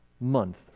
month